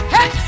Hey